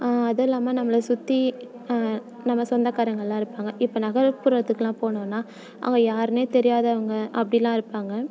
அதுல்லாமல் நம்மளை சுற்றி நம்ம சொந்தக்காரங்கலாம் இருப்பாங்க இப்போ நகர்புறத்துக்குலாம் போனோம்னால் அங்கே யார்னே தெரியாதவங்க அப்படில்லாம் இருப்பாங்க